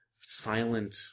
silent